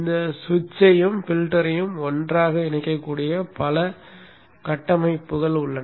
இந்த சுவிட்சையும் பில்டரையும் ஒன்றாக இணைக்கக்கூடிய பல கட்டமைப்புகள் உள்ளன